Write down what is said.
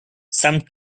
some